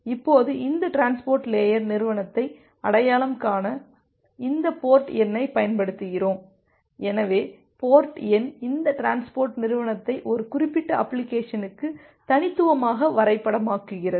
இப்போது இந்த transport layer நிறுவனத்தை அடையாளம் காண இந்த போர்ட் எண்ணைப் பயன்படுத்துகிறோம் எனவே போர்ட் எண் இந்த டிரான்ஸ்போர்ட் நிறுவனத்தை ஒரு குறிப்பிட்ட அப்ளிகேஷனுக்கு தனித்துவமாக வரைபடமாக்குகிறது